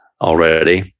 already